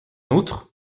outre